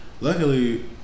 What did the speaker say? Luckily